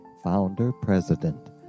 founder-president